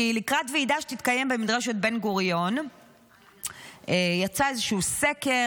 לקראת ועידה שתתקיים במדרשת בן-גוריון יצא איזשהו סקר